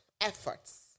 efforts